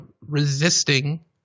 resisting